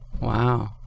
Wow